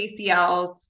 ACLs